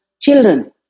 children